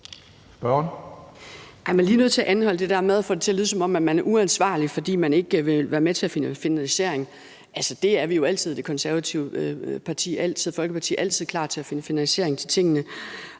Juul (KF): Jeg er lige nødt til at anholde det der med at få det til at lyde, som om man er uansvarlig, fordi man ikke vil være med til at finde finansiering. Altså, i Det Konservative Folkeparti er vi jo altid klar til at finde finansiering til tingene.